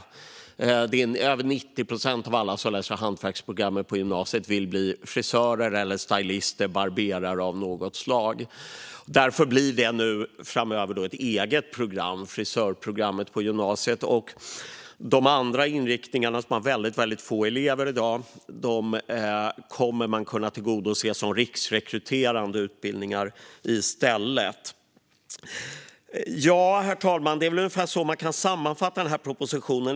Över 90 procent av alla som läser hantverksprogrammet på gymnasiet vill bli frisörer, stajlister eller barberare av något slag. Därför blir det nu ett eget program på gymnasiet, frisörprogrammet. De andra inriktningarna, som har väldigt få elever i dag, kommer man i stället att kunna tillgodose genom riksrekryterande utbildningar. Herr talman! Det är ungefär så man kan sammanfatta den här propositionen.